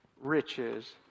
riches